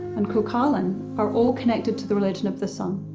and cuchulainn are all connected to the religion of the sun.